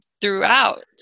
throughout